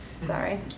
sorry